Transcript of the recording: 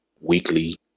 weekly